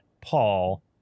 Paul